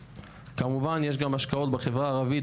כמובן יש גם השקעות בחברה הערבית,